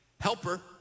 helper